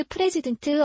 President